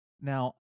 Now